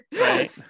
Right